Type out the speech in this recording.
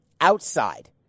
outside